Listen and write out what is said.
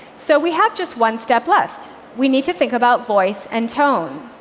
so we have just one step left. we need to think about voice and tone.